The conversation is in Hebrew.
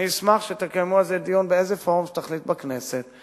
אני אשמח שתקיימו על זה דיון באיזה פורום שתחליט הכנסת,